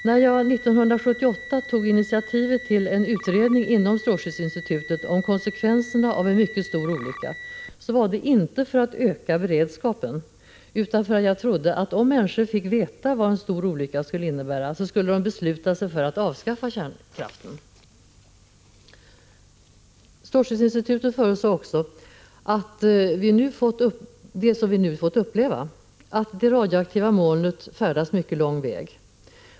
När jag 1978 tog initiativet till en utredning inom strålskyddsinstitutet om konsekvenserna av en mycket stor olycka var det inte för att öka beredskapen utan för att jag trodde att om människor fick veta vad en stor olycka skulle innebära skulle de besluta sig för att avskaffa kärnkraften. Strålskyddsinstitutet förutsade också det vi nu fått uppleva, nämligen att det radioaktiva molnet färdas mycket lång väg.